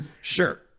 Sure